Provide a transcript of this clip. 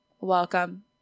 welcome